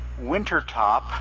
Wintertop